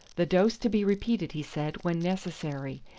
the dose to be repeated, he said, when necessary,